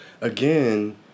again